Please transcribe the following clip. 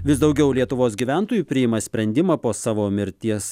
vis daugiau lietuvos gyventojų priima sprendimą po savo mirties